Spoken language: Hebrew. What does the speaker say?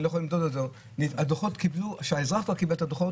אני לא יכול למדוד את זה כשהאזרח כבר קיבל את הדוחות,